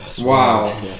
Wow